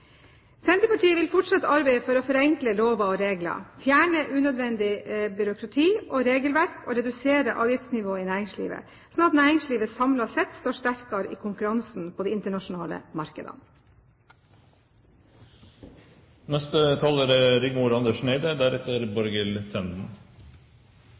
Senterpartiet vil fortsatt arbeide for å forenkle lover og regler, fjerne unødvendig byråkrati og regelverk og redusere avgiftsnivået i næringslivet, slik at næringslivet samlet sett står sterkere i konkurransen på de internasjonale